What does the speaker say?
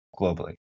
globally